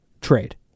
trade